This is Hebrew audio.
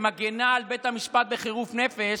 שמגינה על בית המשפט בחירוף נפש,